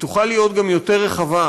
היא תוכל להיות גם יותר רחבה,